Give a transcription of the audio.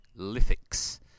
Lithics